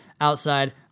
outside